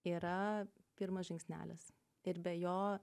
yra pirmas žingsnelis ir be jo